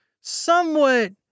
somewhat